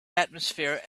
atmosphere